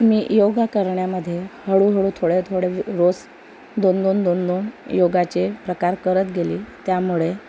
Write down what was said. मी योगा करण्यामध्ये हळूहळू थोड्या थोड्या व रोज दोन दोन दोन दोन योगाचे प्रकार करत गेले त्यामुळे